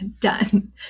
done